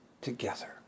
together